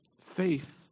Faith